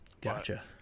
Gotcha